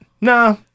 nah